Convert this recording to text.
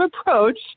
approach